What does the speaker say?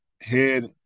head